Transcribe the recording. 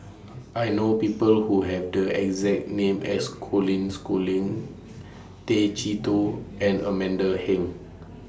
I know People Who Have The exact name as Colin Schooling Tay Chee Toh and Amanda Heng